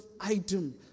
item